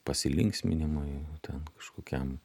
pasilinksminimui ten kažkokiam